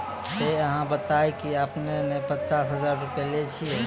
ते अहाँ बता की आपने ने पचास हजार रु लिए छिए?